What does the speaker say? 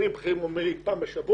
קצינים בכירים רואים אותי פעם בשבוע,